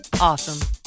awesome